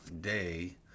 Day